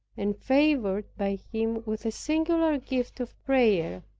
and favored by him with a singular gift of prayer.